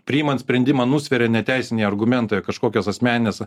priimant sprendimą nusveria ne teisiniai argumentai kažkokios asmeninės